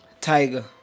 tiger